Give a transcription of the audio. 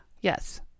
Yes